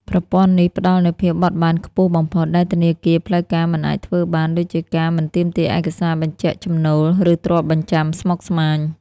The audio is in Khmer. ប្រព័ន្ធនេះផ្ដល់នូវភាពបត់បែនខ្ពស់បំផុត ដែលធនាគារផ្លូវការមិនអាចធ្វើបាន ដូចជាការមិនទាមទារឯកសារបញ្ជាក់ចំណូល ឬទ្រព្យបញ្ចាំស្មុគស្មាញ។